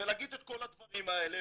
ולהגיד את כל הדברים האלה,